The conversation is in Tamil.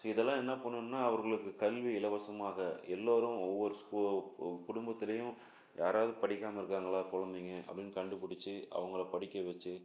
ஸோ இதெல்லாம் என்ன பண்ணணும்னா அவர்களுக்கு கல்வி இலவசமாக எல்லோரும் ஒவ்வொரு ஸ்கூ குடும்பத்துலேயும் யாராவது படிக்காமல் இருக்காங்களா கொழந்தைங்க அப்படின்னு கண்டுப்புடிசத்து அவங்கள படிக்க வச்சு